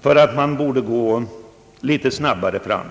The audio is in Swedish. för att man borde gå litet snabbare fram.